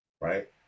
Right